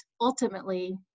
ultimately